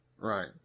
right